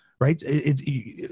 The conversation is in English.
right